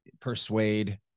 Persuade